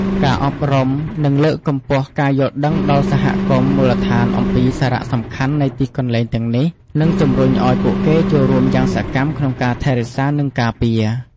ការអប់រំ និងលើកកម្ពស់ការយល់ដឹងដល់សហគមន៍មូលដ្ឋានអំពីសារៈសំខាន់នៃទីកន្លែងទាំងនេះ នឹងជំរុញឱ្យពួកគេចូលរួមយ៉ាងសកម្មក្នុងការថែរក្សា និងការពារ។